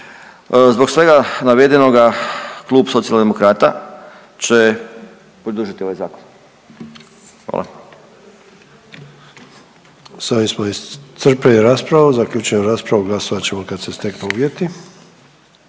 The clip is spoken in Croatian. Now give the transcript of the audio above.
Zbog svega navedenoga klub Socijaldemokrata će podržati ovaj zakon. Hvala. **Sanader, Ante (HDZ)** S ovim smo iscrpili raspravu, zaključujem raspravu glasovat ćemo kad se steknu uvjeti.